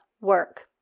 work